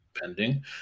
pending